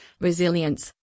resilience